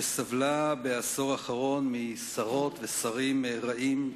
שסבלה בעשור האחרון משרות ושרים רעים,